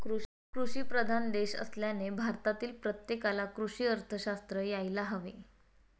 कृषीप्रधान देश असल्याने भारतातील प्रत्येकाला कृषी अर्थशास्त्र यायला हवे